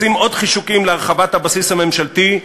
לשים עוד חישוקים להרחבת הבסיס הממשלתי,